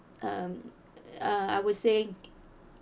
um uh I was saying